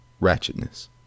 ratchetness